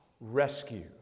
rescue